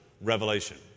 revelation